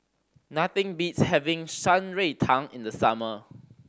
nothing beats having Shan Rui Tang in the summer